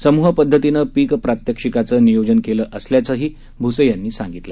समुह पद्धतीनं पिक प्रात्यक्षिकाचं नियोजन केलं असल्याची माहिती भुसे यांनी दिली